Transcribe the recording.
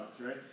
right